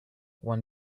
one